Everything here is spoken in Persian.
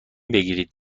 بگیرید